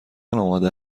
آماده